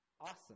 Awesome